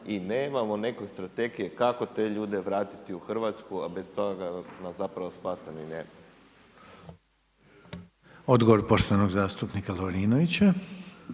i nemamo neke strategije kako te ljude vratiti u Hrvatsku, a bez toga nam zapravo spasa ni nema. **Reiner, Željko (HDZ)** Odgovor poštovanog zastupnika Lovrinovića.